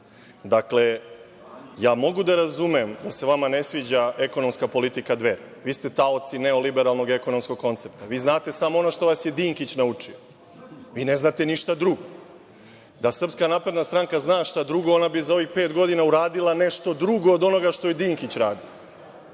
mogu da razumem da se vama ne sviđa ekonomska politika Dveri. Vi ste taoci neoliberalnog ekonomskog koncepta. Vi znate samo ono što vas je Dinkić naučio. Vi ne znate ništa drugo. Da SNS zna šta drugo, vi bi za ovih pet godina uradili nešto drugo od onoga što je Dinkić radio. Ne